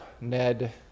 Ned